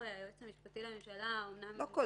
היועץ המשפטי לממשלה --- לא כל דבר.